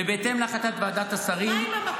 בהתאם להחלטת ועדת השרים -- מה עם המקלות?